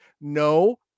No